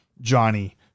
Johnny